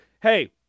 hey